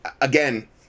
again